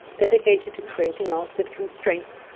dedicated to creating art with constraints.